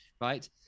right